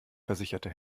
versicherte